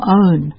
own